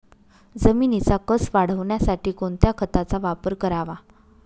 जमिनीचा कसं वाढवण्यासाठी कोणत्या खताचा वापर करावा?